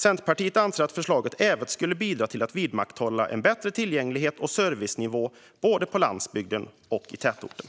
Centerpartiet anser att förslaget även skulle bidra till att vidmakthålla en bättre tillgänglighet och servicenivå både på landsbygden och i tätorten.